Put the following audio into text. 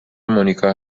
مونیکا